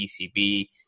ECB